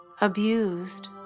abused